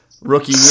Rookie